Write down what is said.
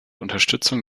unterstützung